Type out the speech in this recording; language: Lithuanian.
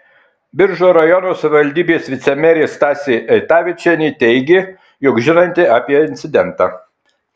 biržų rajono savivaldybės vicemerė stasė eitavičienė teigė jog žinanti apie incidentą